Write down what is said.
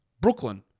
Brooklyn